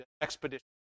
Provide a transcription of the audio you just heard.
expedition